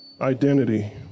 Identity